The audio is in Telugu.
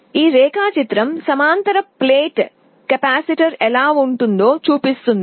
ఈ రేఖాచిత్రం సమాంతర ప్లేట్ కెపాసిటర్ ఎలా ఉంటుందో చూపిస్తుంది